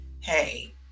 Hey